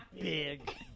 Big